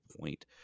point